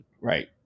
right